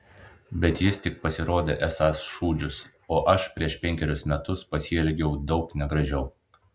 bet jis tik pasirodė esąs šūdžius o aš prieš penkerius metus pasielgiau daug negražiau